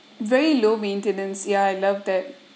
very low maintenance ya I love that